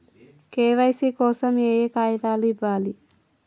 KYC కోసం ఏయే కాగితాలు ఇవ్వాలి?